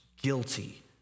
guilty